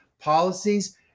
policies